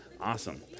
Awesome